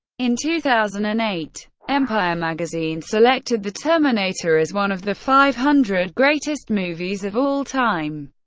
in two thousand and eight, empire magazine selected the terminator as one of the five hundred greatest movies of all time.